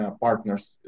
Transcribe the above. partners